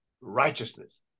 righteousness